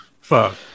Fuck